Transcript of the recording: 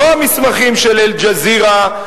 לא המסמכים של "אל-ג'זירה",